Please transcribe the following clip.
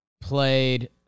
played